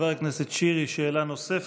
חבר הכנסת שירי שאלה נוספת.